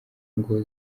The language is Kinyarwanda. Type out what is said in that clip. ngo